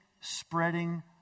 spreading